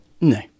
No